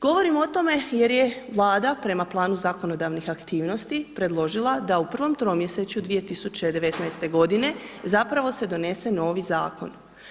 Govorim o tome jer je Vlada prema Planu zakonodavnih aktivnosti predložila da u prvom tromjesečju 2019. godine zapravo se donese novi zakon.